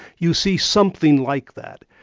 you see something like that,